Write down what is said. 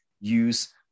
use